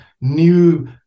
new